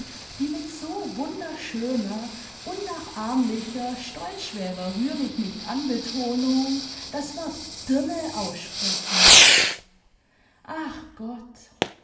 die mit so wunderschöner unnachahmlicher stolz schwerer rührmichnichtan betonung das wort ydime aussprechen ach gottl